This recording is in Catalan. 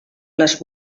les